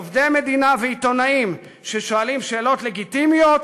עובדי מדינה ועיתונאים ששואלים שאלות לגיטימיות,